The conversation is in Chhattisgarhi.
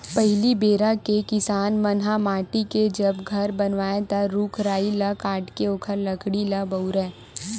पहिली बेरा के किसान मन ह माटी के जब घर बनावय ता रूख राई ल काटके ओखर लकड़ी ल बउरय